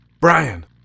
Brian